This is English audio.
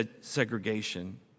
segregation